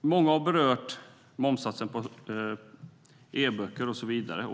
Många har berört momssatsen på e-böcker och så vidare.